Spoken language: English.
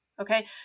okay